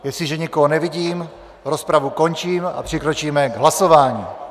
Jestliže nikoho nevidím, rozpravu končím a přikročíme k hlasování.